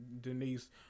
Denise